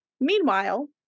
Meanwhile